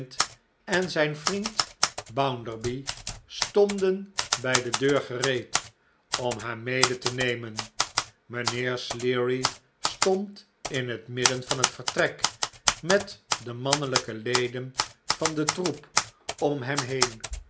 en zijn vriend bounderby stonden bij de deur gereed om haar mede te nemen mijnheer sleary stond in het midden van het vertrek met de mannelijke leden van den troep om hem heen